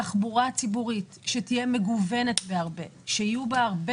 תחבורה ציבורית שתהיה מגוונת בהרבה ויהיו בה הרבה